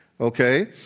okay